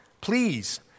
please